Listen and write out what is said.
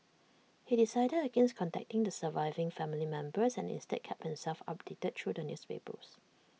he decided against contacting the surviving family members and instead kept himself updated through the newspapers